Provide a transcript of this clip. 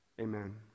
Amen